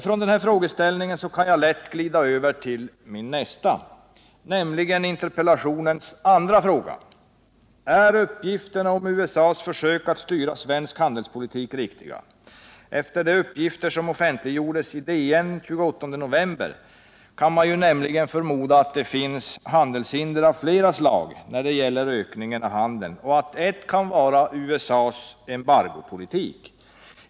Från den frågeställningen kan jag lätt glida över till min nästa, nämligen interpellationens andra fråga: Är uppgifterna om USA:s försök att styra svensk handelspolitik riktiga? Efter de uppgifter som offentliggjordes i Dagens Nyheter den 28 november kan man nämligen förmoda att det finns hinder av flera slag när det gäller ökningen av handelsförbindelserna och att ett kan vara USA:s embargopolitik.